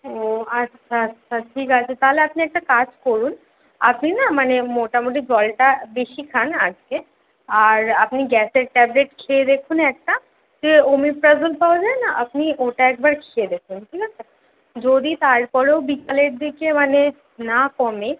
ও আচ্ছা আচ্ছা ঠিক আছে তাহলে আপনি একটা কাজ করুন আপনি না মানে মোটামুটি জলটা বেশি খান আজকে আর আপনি গ্যাসের ট্যাবলেট খেয়ে দেখুন একটা যে ওমিপ্রাজল পাওয়া যায় না আপনি ওটা একবার খেয়ে দেখুন ঠিক আছে যদি তারপরেও বিকালের দিকে মানে না কমে